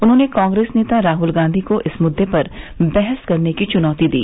उन्होंने कांग्रेस नेता राहुल गांधी को इस मुद्दे पर बहस करने की चुनौती दी